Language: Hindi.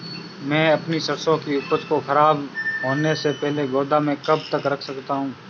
मैं अपनी सरसों की उपज को खराब होने से पहले गोदाम में कब तक रख सकता हूँ?